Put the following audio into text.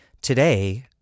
Today